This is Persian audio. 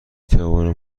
توانم